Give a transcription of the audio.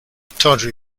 tawdry